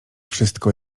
wszystko